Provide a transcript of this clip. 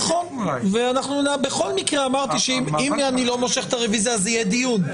אם אני לא מושך את הרביזיה אז יהיה דיון.